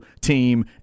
team